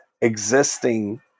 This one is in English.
existing